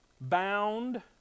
Bound